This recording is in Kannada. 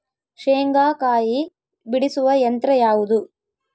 ಶೇಂಗಾಕಾಯಿ ಬಿಡಿಸುವ ಯಂತ್ರ ಯಾವುದು?